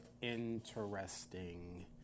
interesting